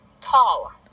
tall